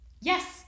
Yes